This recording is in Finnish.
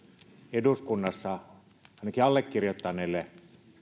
eduskunnassa ainakin allekirjoittaneelle